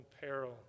peril